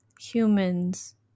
humans